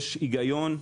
יש היגיון,